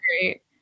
great